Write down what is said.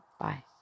Bye